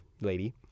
lady